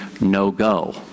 no-go